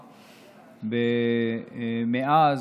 מאז,